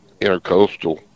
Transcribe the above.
intercoastal